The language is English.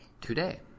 Today